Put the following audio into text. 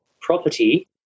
property